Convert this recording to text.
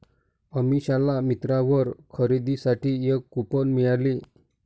अमिषाला मिंत्रावर खरेदीसाठी एक कूपन मिळाले